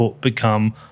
become